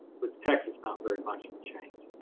with texas not very much in change,